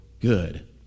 good